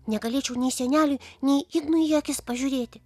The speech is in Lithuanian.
negalėčiau nei seneliui nei ignui į akis pažiūrėti